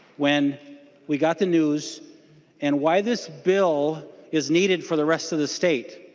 when we got the news and why this bill is needed for the rest of the state.